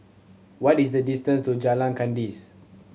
what is the distance to Jalan Kandis